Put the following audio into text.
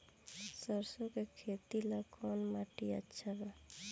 सरसों के खेती ला कवन माटी अच्छा बा?